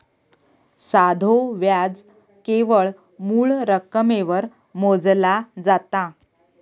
साधो व्याज केवळ मूळ रकमेवर मोजला जाता